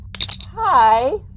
Hi